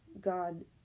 god